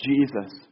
Jesus